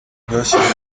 bwashyizwe